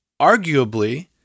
arguably